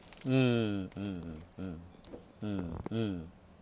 mm mm mm mm mm mm